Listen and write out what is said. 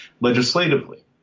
legislatively